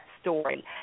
story